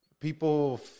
people